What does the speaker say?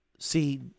see